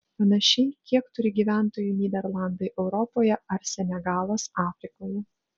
panašiai kiek turi gyventojų nyderlandai europoje ar senegalas afrikoje